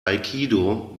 aikido